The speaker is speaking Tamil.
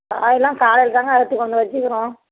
காய்யெல்லாம் காலையில் தாங்க அறுத்து கொண்டு வச்சுக்குறோம்